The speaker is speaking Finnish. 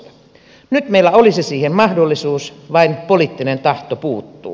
nyt meillä olisi siihen mahdollisuus vain poliittinen tahto puuttuu